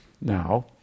now